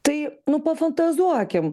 tai nu pafantazuokim